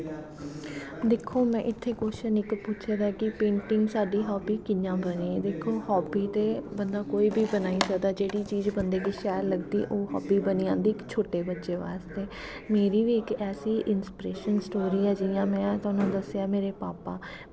दिक्खो में इत्थें क्वेच्शन इक पुच्छे दा ऐ कि पेंटिंग साढ़ी हॉबी कि'यां बनी दिक्खो हॉबी ते बंदा कोई बी बनाई सकदा जेह्ड़ी चीज बंदे गी शैल लगदी ओह् हॉबी बनी जंदी इक छोटे बच्चे बास्तै मेरी बी इक ऐसी इंस्पिरेशन स्टोरी ऐ जि'यां में थाह्नूं दस्सेआ कि मेरे भापा